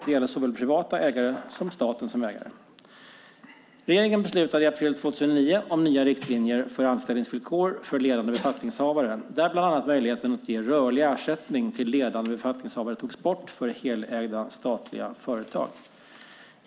Det gäller såväl privata ägare som staten som ägare. Regeringen beslutade i april 2009 om nya riktlinjer för anställningsvillkor för ledande befattningshavare, där bland annat möjligheten att ge rörlig ersättning till ledande befattningshavare togs bort för helägda statliga företag.